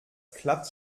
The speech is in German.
klappt